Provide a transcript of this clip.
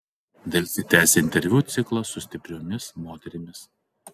delfi tęsia interviu ciklą su stipriomis moterimis